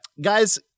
Guys